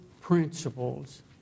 principles